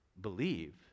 believe